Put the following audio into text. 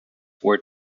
were